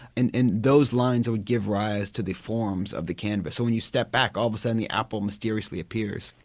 and and those lines would give rise to the forms of the canvas when you step back all of a sudden the apple mysteriously appears.